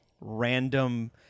random